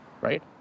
right